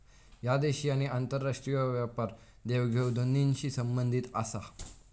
ह्या देशी आणि आंतरराष्ट्रीय व्यापार देवघेव दोन्हींशी संबंधित आसा